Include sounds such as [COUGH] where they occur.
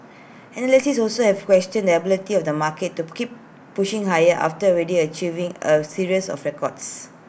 analysts also have questioned the ability of the market to [UNINTELLIGIBLE] keep pushing higher after already achieving A series of records